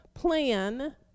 plan